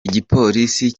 igipolisi